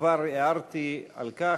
וכבר הערתי על כך,